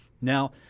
Now